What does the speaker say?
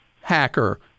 hacker